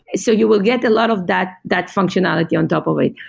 so you will get a lot of that that functionality on top of it.